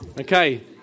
Okay